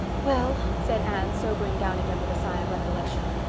well, said anne, sobering down again with a sigh of recollection,